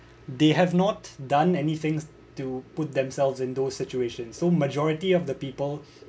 they have not done anything to put themselves in those situations so majority of the people